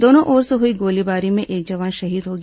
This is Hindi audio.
दोनों ओर से हुई गोलीबारी में एक जवान शहीद हो गया